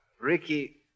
Ricky